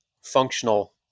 functional